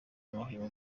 amahwemo